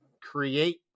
create